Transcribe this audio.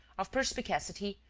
of perspicacity,